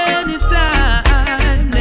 anytime